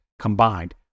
combined